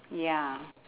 ya